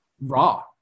raw